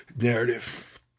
narrative